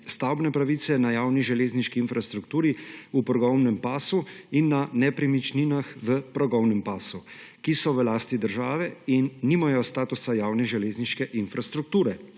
stavbne pravice na javni železniški infrastrukturi v progovnem pasu in na nepremičninah v progovnem pasu, ki so v lasti države in nimajo statusa javne železniške infrastrukture.